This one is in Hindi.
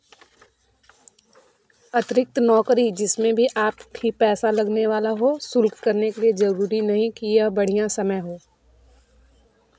अतिरिक्त नौकरी जिसमें भी आप की पैसा लगने वाला हो शुरू करने के लिए ज़रूरी नहीं कि यह बढ़िया समय हो